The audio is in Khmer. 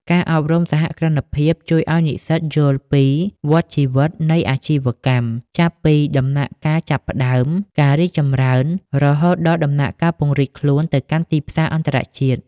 ការអប់រំសហគ្រិនភាពជួយឱ្យនិស្សិតយល់ពី "វដ្តជីវិតនៃអាជីវកម្ម" ចាប់ពីដំណាក់កាលចាប់ផ្ដើម ការរីកចម្រើន រហូតដល់ដំណាក់កាលពង្រីកខ្លួនទៅកាន់ទីផ្សារអន្តរជាតិ។